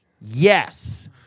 yes